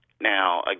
now